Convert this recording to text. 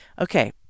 Okay